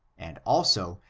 and, also,